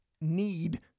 need